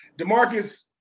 DeMarcus